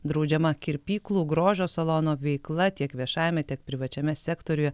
draudžiama kirpyklų grožio salono veikla tiek viešajame tiek privačiame sektoriuje